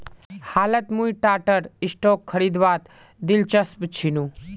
हालत मुई टाटार स्टॉक खरीदवात दिलचस्प छिनु